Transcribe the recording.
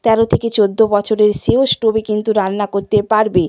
তেরো থেকে চৌদ্দ বছরের সেও স্টোভে কিন্তু রান্না করতে পারবে